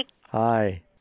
Hi